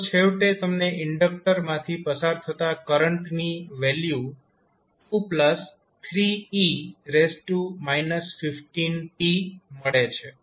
તો છેવટે તમને ઇન્ડક્ટર માંથી પસાર થતા કરંટની વેલ્યુ 23e 15t મળે છે